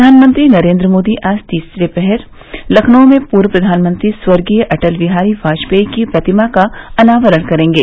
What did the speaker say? प्रधानमंत्री नरेन्द्र मोदी आज तीसरे पहर लखनऊ में पूर्व प्रधानमंत्री स्वर्गीय अटल बिहारी वाजपेई की प्रतिमा का अनावरण करेंगे